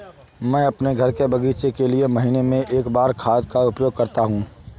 मैं अपने घर के बगीचे के लिए महीने में एक बार खाद का उपयोग करता हूँ